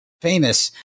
famous